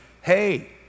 hey